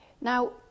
Now